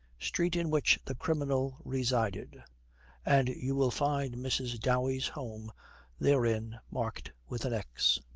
street in which the criminal resided and you will find mrs. dowey's home therein marked with a x.